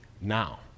now